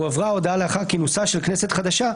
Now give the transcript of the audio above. הועברה הודעה לאחר כינוסה של כנסת חדשה,